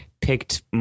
picked